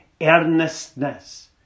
earnestness